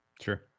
Sure